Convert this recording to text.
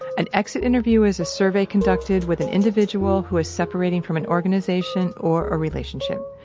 an exit interview is a survey conducted with an individual who is separating from an organization or a relationship.